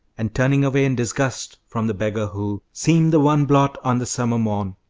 and turning away in disgust from the beggar who seemed the one blot on the summer morn.